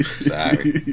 Sorry